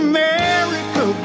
America